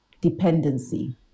dependency